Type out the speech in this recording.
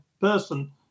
person